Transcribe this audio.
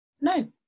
No